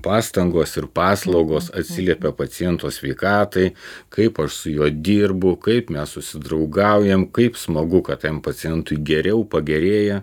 pastangos ir paslaugos atsiliepia paciento sveikatai kaip aš su juo dirbu kaip mes susidraugaujam kaip smagu kad pacientui geriau pagerėja